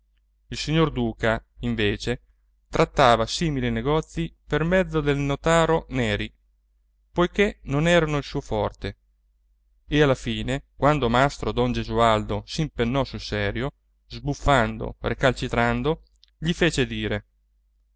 il signor duca invece trattava simili negozi per mezzo del notaro neri poiché non erano il suo forte e alla fine quando mastrodon gesualdo s'impennò sul serio sbuffando recalcitrando gli fece dire